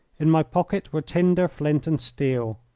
in my pocket were tinder, flint, and steel.